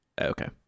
Okay